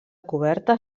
coberta